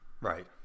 Right